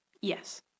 Yes